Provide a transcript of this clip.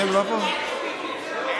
איך זה שאין דוברים?